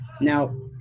now